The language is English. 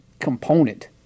component